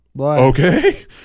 okay